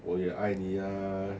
我也爱你啊